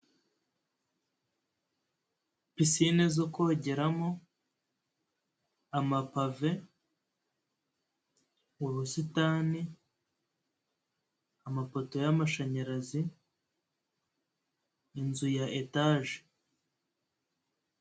Pisine zo kugeramo, amapave, ubusitani, amapoto y'amashanyarazi, inzu ya etaje.